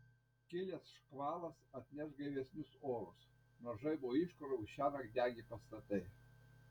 kilęs škvalas atneš gaivesnius orus nuo žaibo iškrovų šiąnakt degė pastatai